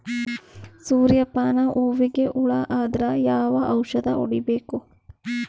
ಸೂರ್ಯ ಪಾನ ಹೂವಿಗೆ ಹುಳ ಆದ್ರ ಯಾವ ಔಷದ ಹೊಡಿಬೇಕು?